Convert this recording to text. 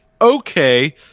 okay